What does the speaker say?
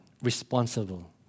responsible